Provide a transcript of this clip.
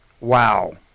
Wow